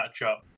matchup